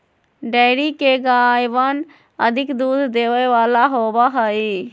dairy के गायवन अधिक दूध देवे वाला होबा हई